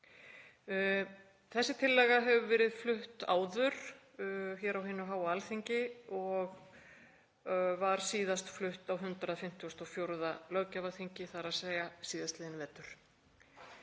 Þessi tillaga hefur verið flutt áður hér á hinu háa Alþingi og var síðast flutt á 154. löggjafarþingi, þ.e. síðastliðinn vetur.